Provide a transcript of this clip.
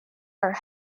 her